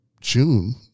June